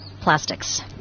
plastics